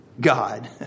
God